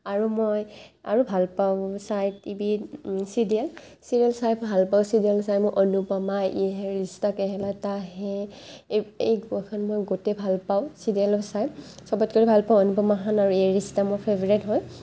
আৰু মই আৰু ভাল পাওঁ চাই টি ভিত ছিৰিয়েল ছিৰিয়েল চাই ভাল পাওঁ ছিৰিয়েল চাই মই অনুপমা য়ে হেই ৰিস্তা কেহলাতা হেই এই এই কেইখন মই গোটেই ভাল পাওঁ ছিৰিয়েলৰ চাই চবতকৰি ভাল পাওঁ অনুপমাখন আৰু য়ে ৰিস্তা মোৰ ফেবৰিট হয়